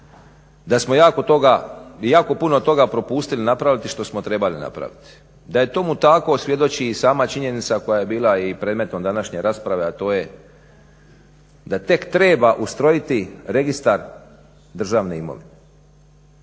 da smo jako puno toga propustili napraviti što smo trebali napraviti. Da je tomu tako svjedoči i sama činjenica koja je bila i predmetom današnje rasprave, a to je da tek treba ustrojiti Registar državne imovine.